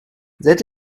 that